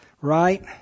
right